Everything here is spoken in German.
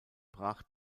brach